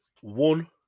one